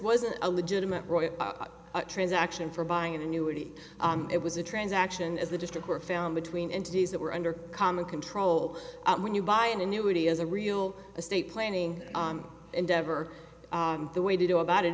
wasn't a legitimate roi transaction for buying an annuity it was a transaction as a district were found between interviews that were under common control when you buy an annuity as a real estate planning endeavor the way to do about it